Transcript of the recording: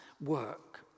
work